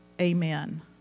amen